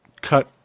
cut